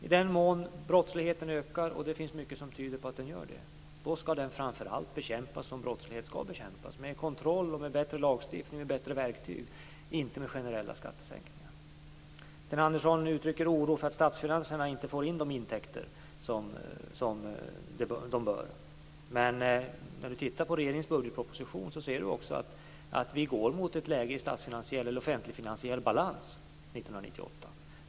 I den mån brottsligheten ökar, och det finns mycket som tyder på att den gör det, skall den framför allt bekämpas som brottslighet skall bekämpas, med kontroll, med bättre lagstiftning och med bättre verktyg, inte med generella skattesänkningar. Sten Andersson uttrycker oro för att statsfinanserna inte tillförs de intäkter som de bör. Men när Sten Andersson tittar på regeringens budgetpropositionen ser han också att vi går mot offentligfinansiell balans 1998.